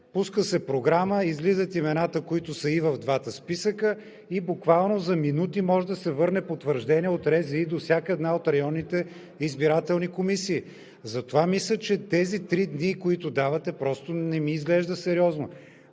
пуска се програма, излизат имената, които са и в двата списъка, и буквално за минути може да се върне потвърждение от РЗИ до всяка една от районните избирателни комисии. Затова мисля, че тези три дни, които давате, просто не ми изглежда сериозно.